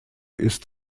ist